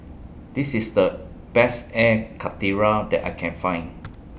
This IS The Best Air Karthira that I Can Find